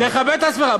תכבד את עצמך.